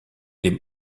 dem